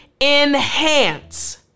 enhance